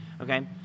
Okay